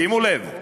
שימו לב: